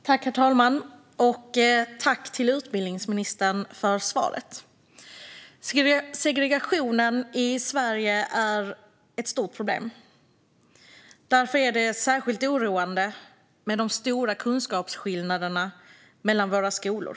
Herr talman! Tack, utbildningsministern, för svaret! Segregationen i Sverige är ett stort problem. Därför är det särskilt oroande med de stora kunskapsskillnaderna mellan våra skolor.